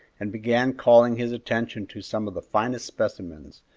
and began calling his attention to some of the finest specimens,